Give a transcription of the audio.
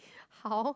how